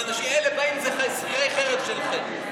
אלה באים, אלה שכירי חרב שלכם.